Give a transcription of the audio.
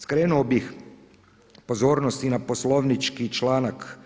Skrenuo bih pozornost i na poslovnički članak